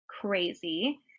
crazy